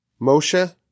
Moshe